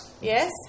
yes